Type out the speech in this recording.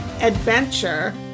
adventure